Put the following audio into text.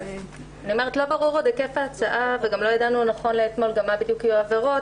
לא ברור היקף ההצעה וגם לא ידענו נכון לאתמול מה יהיו העבירות,